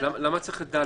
אז למה צריך את (ד)?